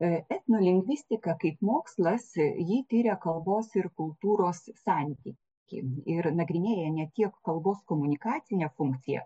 etnolingvistika kaip mokslas ji tiria kalbos ir kultūros santykį ir nagrinėja ne tiek kalbos komunikacinę funkciją